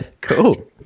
cool